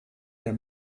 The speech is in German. der